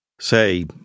Say